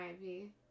Ivy